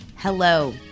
Hello